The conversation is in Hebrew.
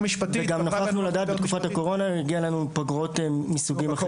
נוכחנו לדעת בתקופת הקורונה שהגיעו אלינו פגרות מסוגים אחרים.